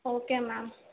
okay ma'am